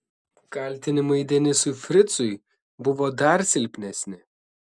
kaltinimai denisui fricui buvo dar silpnesni